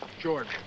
George